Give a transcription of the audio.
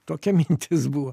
tokia mintis buvo